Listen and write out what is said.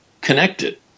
connected